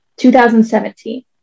2017